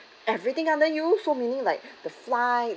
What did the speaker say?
everything under you so meaning like the flight